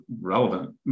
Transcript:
relevant